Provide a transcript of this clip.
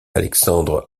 alexandre